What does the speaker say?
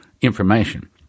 information